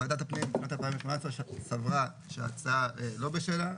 ועדת הפנים בשנת 2018 סברה שההצעה לא בשלה.